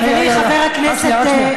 חברי חבר הכנסת,